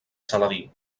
saladí